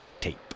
tape